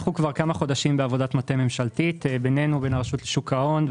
אנחנו כבר כמה חודשים בעבודת מטה ממשלתית בינינו ובין רשות שוק ההון,